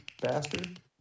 bastard